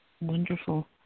Wonderful